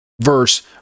verse